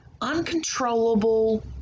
uncontrollable